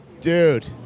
Dude